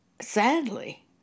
sadly